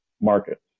markets